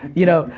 you know,